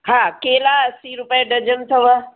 हा केला असी रुपए डजन अथव